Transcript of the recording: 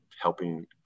helping